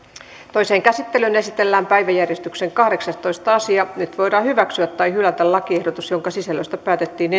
toiseen käsittelyyn esitellään päiväjärjestyksen kahdeksastoista asia nyt voidaan hyväksyä tai hylätä lakiehdotus jonka sisällöstä päätettiin